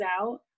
out